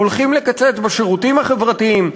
הולכים לקצץ בשירותים החברתיים,